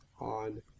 on